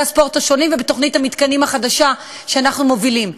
הספורט השונים ובתוכנית המתקנים החדשה שאנחנו מובילים.